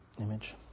image